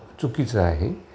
चुकीचं आहे